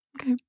Okay